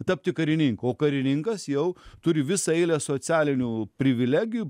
tapti karininkuo karininkas jau turi visą eilę socialinių privilegijų